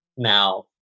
Now